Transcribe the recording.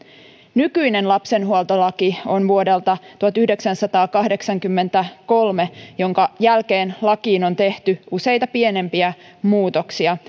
nykyinen lapsenhuoltolaki on vuodelta tuhatyhdeksänsataakahdeksankymmentäkolme jonka jälkeen lakiin on tehty useita pienempiä muutoksia